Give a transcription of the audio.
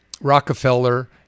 Rockefeller